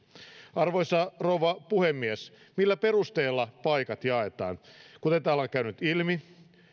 arvoisa rouva puhemies millä perusteilla paikat jaetaan kuten täällä on käynyt ilmi